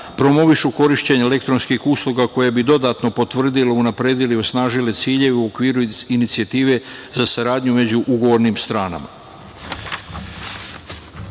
promovišu korišćenje elektronskih usluga koje bi dodatno potvrdile, unapredile i osnažile ciljeve u okviru inicijative za saradnju među ugovornim